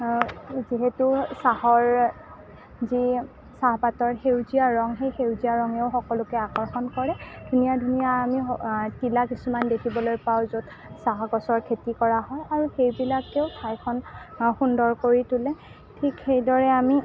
যিহেতু চাহৰ যি চাহপাতৰ সেউজীয়া ৰং সেই সেউজীয়া ৰঙেও সকলোকে আকৰ্ষণ কৰে ধুনীয়া ধুনীয়া আমি টিলা কিছুমান দেখিবলৈ পাওঁ য'ত চাহ গছৰ খেতি কৰা হয় আৰু সেইবিলাকেও ঠাইখন সুন্দৰ কৰি তোলে ঠিক সেইদৰে আমি